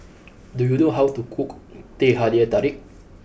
do you know how to cook Teh Halia Tarik